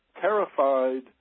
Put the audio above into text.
terrified